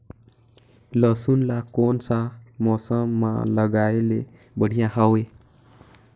लसुन ला कोन सा मौसम मां लगाय ले बढ़िया हवे?